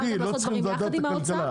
אנחנו גם יודעים לעשות דברים ביחד עם האוצר.